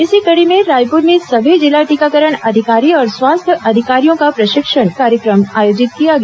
इसी कड़ी में रायपुर में सभी जिला टीकाकरण अधिकारी और स्वास्थ्य अधिकारियों का प्रशिक्षण कार्यक्रम आयोजित किया गया